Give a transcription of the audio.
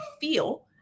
feel